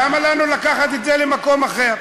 למה לנו לקחת את זה למקום אחר?